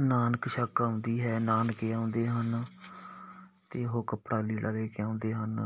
ਨਾਨਕ ਛੱਕ ਆਉਂਦੀ ਹੈ ਨਾਨਕੇ ਆਉਂਦੇ ਹਨ ਅਤੇ ਉਹ ਕੱਪੜਾ ਲੀੜਾ ਲੈ ਕੇ ਆਉਂਦੇ ਹਨ